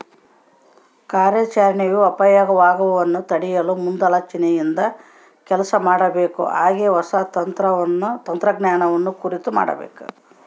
ಕಾರ್ಯಾಚರಣೆಯ ಅಪಾಯಗವನ್ನು ತಡೆಯಲು ಮುಂದಾಲೋಚನೆಯಿಂದ ಕೆಲಸ ಮಾಡಬೇಕು ಹಾಗೆ ಹೊಸ ತಂತ್ರಜ್ಞಾನವನ್ನು ಅರಿತು ಮಾಡಬೇಕು